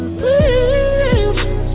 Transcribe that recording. Please